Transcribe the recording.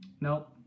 nope